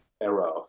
era